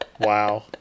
wow